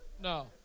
No